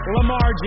Lamar